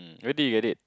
um where did you get it